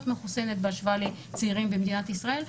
מחוסנת בהשוואה לצעירים במדינת ישראל.